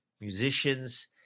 musicians